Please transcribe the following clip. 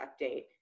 update